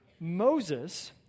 Moses